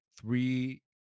three